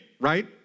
right